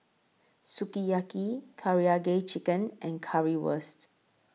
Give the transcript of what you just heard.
Sukiyaki Karaage Chicken and Currywurst